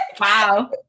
Wow